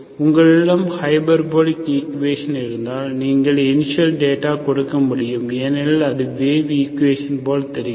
உங்களிடம் hyperbolic equation இருந்தால் நீங்கள் இனிஷியல் டேட்டா கொடுக்க வேண்டும் ஏனெனில் அது வேவ் ஈக்குவேஷன் போல் தெரிகிறது